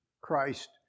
Christ